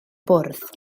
bwrdd